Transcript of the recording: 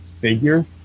figure